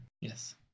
Yes